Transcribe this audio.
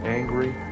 angry